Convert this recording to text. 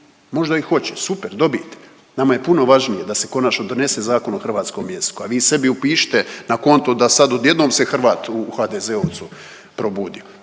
Možda i hoće, super, dobijte. Nama je puno važnije da se konačno donese Zakon o hrvatskom jeziku, a svi sebi upišite na konto da sad odjednom se Hrvat u HDZ-ovu probudio.